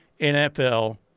NFL